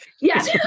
yes